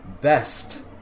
best